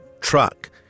truck